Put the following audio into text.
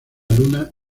luna